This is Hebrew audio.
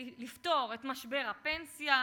לפתור את משבר הפנסיה,